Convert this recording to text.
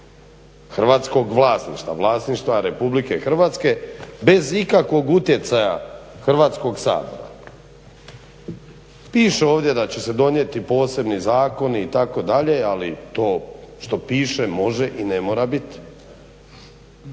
hrvatskog vlasništva, vlasništva RH bez ikakvog utjecaja Hrvatskog sabora. Piše ovdje da će se donijeti posebni zakoni itd. ali to što piše može i ne mora biti.